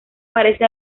parece